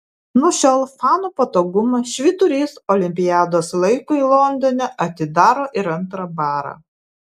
nuo šiol fanų patogumui švyturys olimpiados laikui londone atidaro ir antrą barą